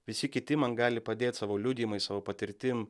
visi kiti man gali padėt savo liudijimais savo patirtim